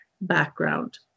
background